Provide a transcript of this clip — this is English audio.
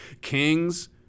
kings